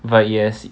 but yes